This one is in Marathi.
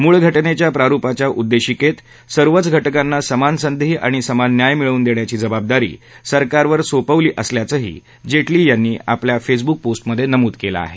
मुळ घटनेच्या प्रारुपाच्या उद्देशिकेत सर्वच घटकांना समान संधी आणि समान न्याय मिळवून देण्याची जबाबदारी सरकारवर सोपवली असल्याचंही जेटली यांनी नमूद केलं आहे